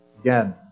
Again